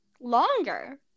Longer